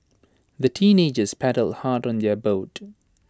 the teenagers paddled hard on their boat